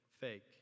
fake